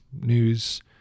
news